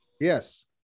Yes